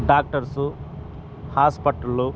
doctors హాస్పటళ్ళు